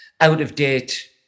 out-of-date